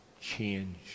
change